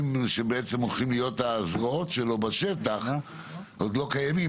שהולכים להיות הזרועות שלו בשטח עוד לא קיימים.